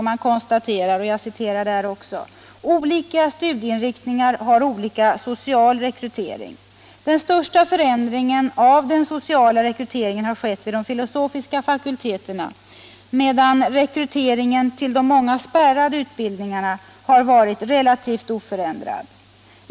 Man konstaterar: ”Olika studieinriktningar har olika social rekrytering. Den största förändringen av den sociala rekryteringen har skett vid de filosofiska fakulteterna, medan rekryteringen till många spärrade utbildningar har varit relativt oförändrad.